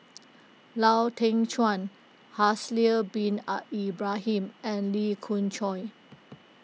Lau Teng Chuan Haslir Bin Ibrahim and Lee Khoon Choy